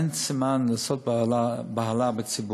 אין סיבה לעשות בהלה בציבור,